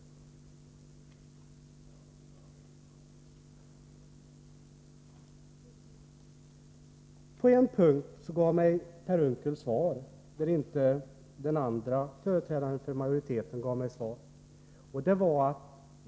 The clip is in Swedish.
Per Unckel gav mig ett svar på en punkt där den andre företrädaren för majoriteten inte gav något svar.